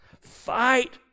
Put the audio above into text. Fight